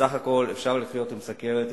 בסך הכול אפשר לחיות עם סוכרת,